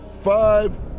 five